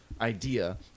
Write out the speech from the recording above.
idea